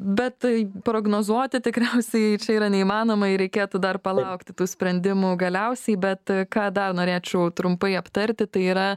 bet tai prognozuoti tikriausiai čia yra neįmanoma ir reikėtų dar palaukti tų sprendimų galiausiai bet ką dar norėčiau trumpai aptarti tai yra